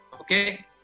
Okay